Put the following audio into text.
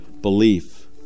belief